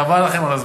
חבל לכם על הזמן.